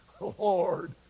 Lord